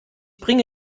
bringe